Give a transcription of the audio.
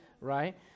right